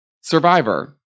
Survivor